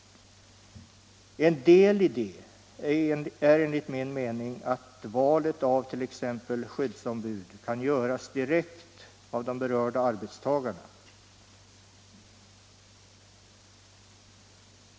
En del i det är enligt min mening att valet av t.ex. skyddsombud kan göras direkt av de berörda arbetstagarna.